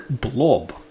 Blob